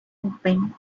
opened